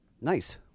Nice